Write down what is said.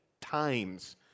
times